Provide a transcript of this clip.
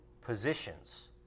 positions